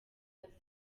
azi